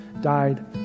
died